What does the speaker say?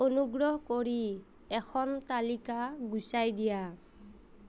অনুগ্ৰহ কৰি এখন তালিকা গুচাই দিয়া